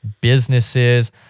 businesses